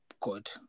Good